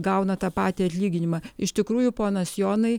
gauna tą patį atlyginimą iš tikrųjų ponas jonai